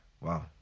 Wow